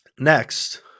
Next